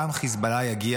גם חיזבאללה יגיע,